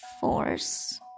force